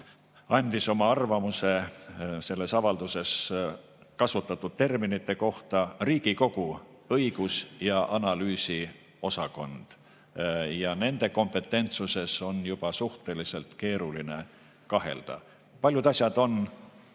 andis oma arvamuse selles avalduses kasutatud terminite kohta Riigikogu Kantselei õigus- ja analüüsiosakond. Nende kompetentsuses on aga juba suhteliselt keeruline kahelda. Paljud asjad on